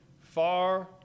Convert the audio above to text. far